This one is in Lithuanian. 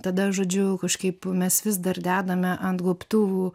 tada žodžiu kažkaip mes vis dar dedame ant gobtuvų